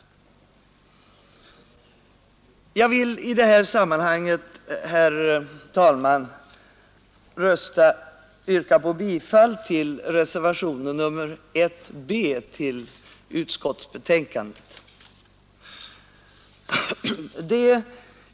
Jag vill i detta sammanhang, herr talman, yrka bifall till reservationen 1b.